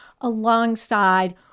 alongside